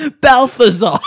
Balthazar